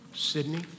Sydney